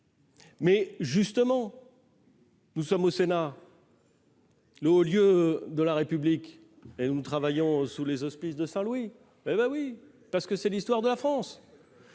qui suivirent. Nous sommes au Sénat, haut lieu de la République, mais nous travaillons sous les auspices de Saint Louis, parce que c'est l'histoire de la France !